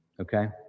Okay